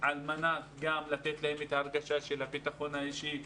על מנת לתת להם את ההרגשה של הביטחון האישי,